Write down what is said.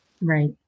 Right